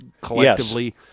collectively